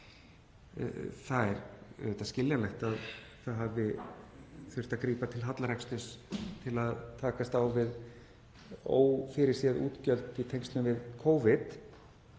auðvitað skiljanlegt að það hafi þurft að grípa til hallareksturs til að takast á við ófyrirséð útgjöld í tengslum við Covid